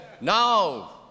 now